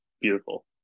beautiful